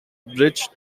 bridge